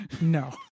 no